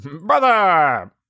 brother